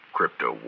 Crypto